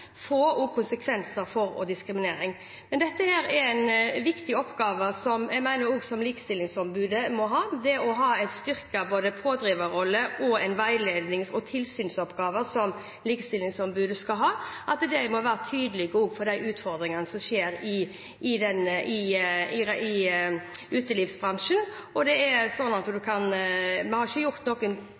konsekvenser å diskriminere. Dette er en viktig oppgave som jeg mener også Likestillingsombudet må ha. Likestillingsombudet skal ha både en styrket pådriverrolle og en veilednings- og tilsynsoppgave, og det må være tydelig også når det gjelder de utfordringene som er i utelivsbransjen. Vi har ikke gjort noen nasjonal undersøkelse om det, men det er sikkert statistikker, som Likestillingsombudet har.